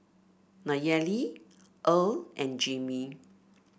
Nayeli Earle and Jimmy